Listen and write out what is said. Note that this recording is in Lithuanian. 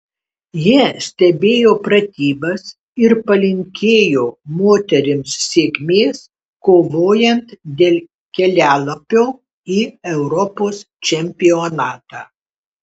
jie stebėjo pratybas ir palinkėjo moterims sėkmės kovojant dėl kelialapio į europos čempionatą